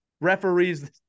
Referees